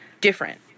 different